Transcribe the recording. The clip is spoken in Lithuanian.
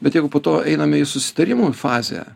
bet jeigu po to einame į susitarimų fazę